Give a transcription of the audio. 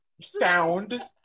sound